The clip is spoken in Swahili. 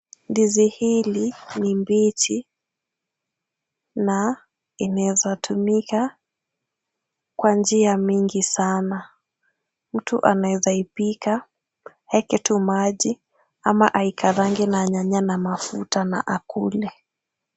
Ndizi hili ni mbichi na inaweza tumika kwa njia mingi sana. Mtu anaweza ipika aweke tu maji, ama, aikaange na nyanya na mafuta na akule.